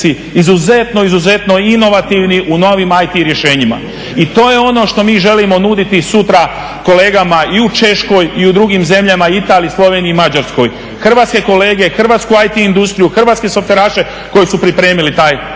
izuzetno, izuzetno inovativni u novim IT rješenjima. I to je ono što mi želimo nuditi sutra kolegama i u Češkoj i u drugim zemljama, Italiji, Sloveniji i Mađarskoj. Hrvatske kolege, hrvatsku IT industriju, hrvatske softveraše koji su pripremili taj